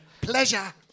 Pleasure